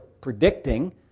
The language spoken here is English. predicting